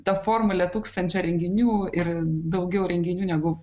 ta formulė tūkstančio renginių ir daugiau renginių negu